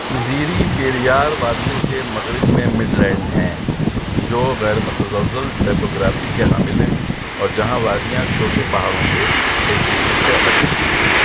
زیریں پیریار وادیوں کے مغرب میں مڈ لینڈ ہیں جو غیر متزلزل ٹیپوگرافی کے حامل ہیں اور جہاں وادیاں چھوٹے پہاڑوں کو ایک دوسرے سے الگ کرتی ہیں